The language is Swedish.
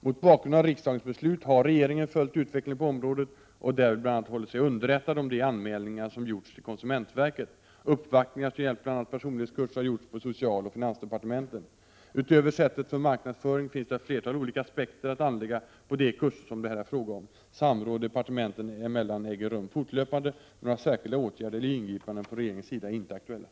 Mot bakgrund av riksdagens beslut har regeringen följt utvecklingen på området och därvid bl.a. hållit sig underrättad om de anmälningar som gjorts till konsumentverket. Uppvaktningar som gällt bl.a. personlighetskurser har gjorts på socialoch finansdepartementen. Utöver sättet för marknadsföring finns det ett flertal olika aspekter att anlägga på de kurser som det här är fråga om. Samråd departementen emellan äger rum fortlöpande. Några särskilda åtgärder eller ingripanden från regeringens sida är inte aktuella.